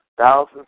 Thousands